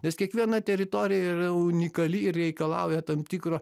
nes kiekviena teritorija yra unikali ir reikalauja tam tikro